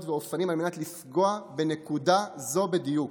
ואופנים על מנת לפגוע בנקודה זו בדיוק,